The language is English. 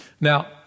Now